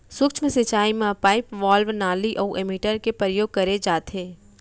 सूक्ष्म सिंचई म पाइप, वाल्व, नाली अउ एमीटर के परयोग करे जाथे